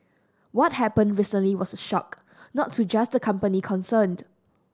what happened recently was a shock not to just the company concerned